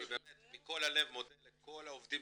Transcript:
אני באמת מכל הלב מודה לכל העובדים